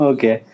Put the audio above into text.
Okay